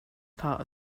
part